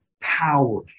power